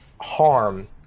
harm